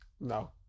No